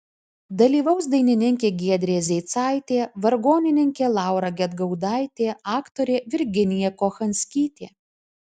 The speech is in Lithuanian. dalyvaus dainininkė giedrė zeicaitė vargonininkė laura gedgaudaitė aktorė virginija kochanskytė